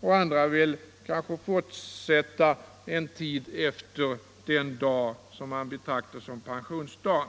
och några vill kanske fortsätta en tid efter den dag man betraktar som pensionsdag.